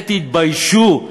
זה, תתביישו.